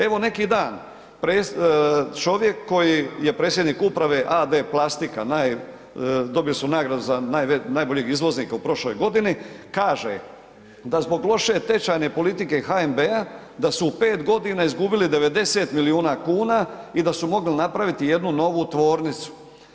Evo neki dan čovjek koji je predsjednik Uprave AD plastika, dobili su nagradu za najboljeg izvoznika u prošloj godini, kaže da zbog loše tečajne politike HNB-a, da su u 5 g. izgubili 90 milijuna kuna i da su mogli napraviti jednu novu tvornicu.